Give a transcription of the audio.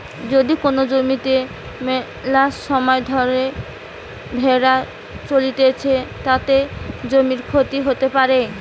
যদি কোন জমিতে মেলাসময় ধরে ভেড়া চরতিছে, তাতে জমির ক্ষতি হতে পারে